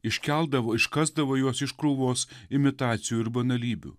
iškeldavo iškasdavo juos iš krūvos imitacijų ir banalybių